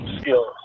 skills